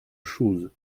choses